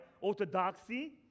orthodoxy